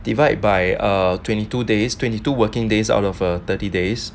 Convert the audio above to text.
divide by err twenty two days twenty two working days out of a thirty days